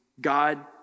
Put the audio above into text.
God